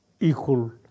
equal